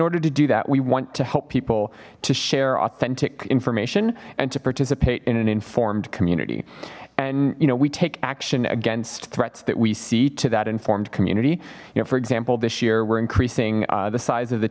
order to do that we want to help people to share authentic information and to participate in an informed community and you know we take action against threats that we see to that informed community you know for example this year we're increasing the size of the